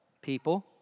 people